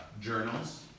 journals